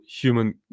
human